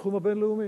בתחום הבין-לאומי.